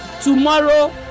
Tomorrow